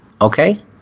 Okay